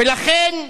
ולכן,